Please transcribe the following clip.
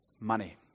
money